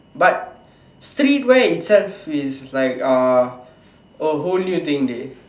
but streetwear is just is like uh a whole new thing dey